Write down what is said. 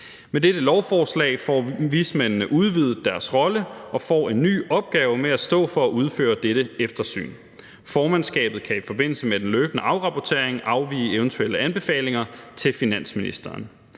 Med dette lovforslag får vismændene udvidet deres rolle og får en ny opgave med at stå for at udføre dette eftersyn. Formandskabet kan i forbindelse med den løbende afrapportering afgive eventuelle anbefalinger til finansministeren.